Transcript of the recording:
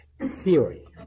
theory